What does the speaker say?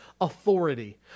authority